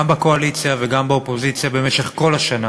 גם בקואליציה וגם באופוזיציה, במשך כל השנה,